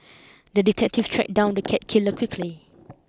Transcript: the detective tracked down the cat killer quickly